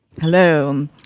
Hello